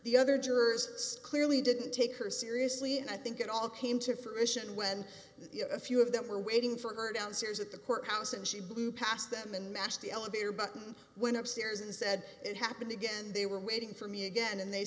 the other jurors it's clearly didn't take her seriously and i think it all came to fruition when a few of them were waiting for her downstairs at the courthouse and she blew past them and mashed the elevator button went up stairs and said it happened again and they were waiting for me again and they